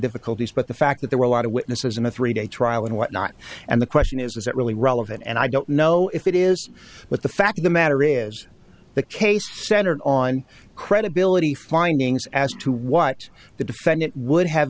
difficulties but the fact that there were a lot of witnesses and a three day trial and whatnot and the question is was it really relevant and i don't know if it is but the fact of the matter is the case centered on credibility findings as to what the defendant would have